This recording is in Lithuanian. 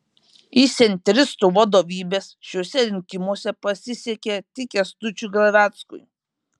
iš centristų vadovybės šiuose rinkimuose pasisekė tik kęstučiui glaveckui